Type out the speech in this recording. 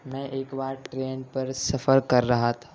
میں ایک بار ٹرین پر سفر کر رہا تھا